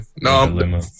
No